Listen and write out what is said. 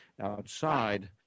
outside